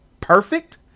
Perfect